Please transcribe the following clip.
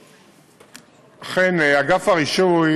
אכן, אגף הרישוי